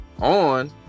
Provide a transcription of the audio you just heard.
on